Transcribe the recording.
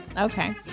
Okay